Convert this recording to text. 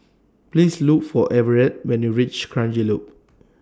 Please Look For Everette when YOU REACH Kranji Loop